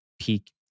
peak